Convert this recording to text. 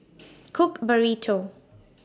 Cook Burrito